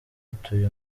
utuye